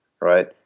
right